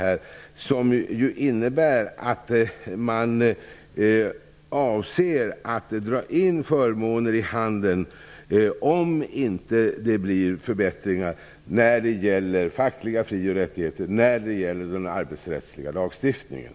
USA avser att dra in handelsförmåner om det inte sker förbättringar när det gäller fackliga fri och rättigheter och den arbetsrättsliga lagstiftningen.